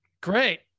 Great